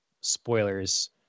spoilers